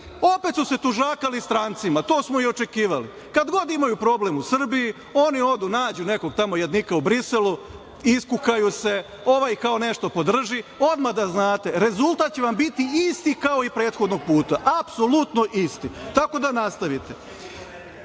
opet su se tužakali strancima, a to smo i očekivali. Kad god imaju problem u Srbiji oni odu, nađu nekog jadnika u Briselu, iskukaju se, ovaj kao nešto podrži. Odmah da znate, rezultat će vam biti isti kao i prethodnog puta, apsolutno isti, tako da nastavite.I